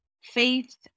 faith